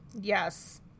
Yes